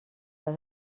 les